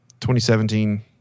2017